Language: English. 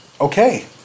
okay